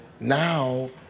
Now